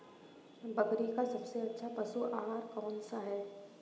बकरी का सबसे अच्छा पशु आहार कौन सा है?